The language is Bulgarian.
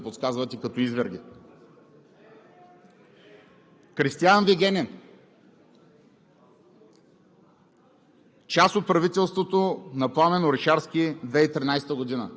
по какъв друг начин можем да ги наричаме, освен по начина, по който Вие ми подсказвате, като изверги? Кристиан Вигенин